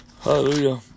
Hallelujah